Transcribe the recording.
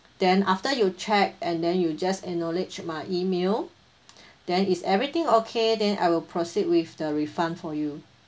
then after you check and then you just acknowledge my email then is everything okay then I will proceed with the refund for you